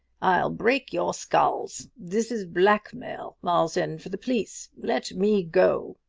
i'll break your skulls! this is blackmail! i'll send for the police! let me go!